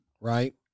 Right